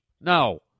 No